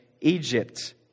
Egypt